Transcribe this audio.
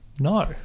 No